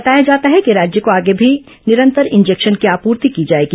बताया जाता है कि राज्य को आगे भी निरंतर इंजेक्शन की आपूर्ति की जाएगी